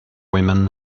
women